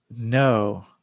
No